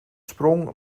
sprong